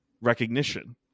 recognition